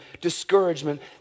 discouragement